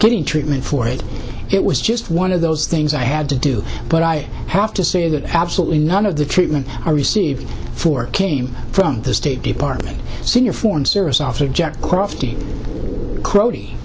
getting treatment for it it was just one of those things i had to do but i have to say that absolutely none of the treatment i received for came from the state department senior foreign service officer jack